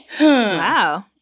Wow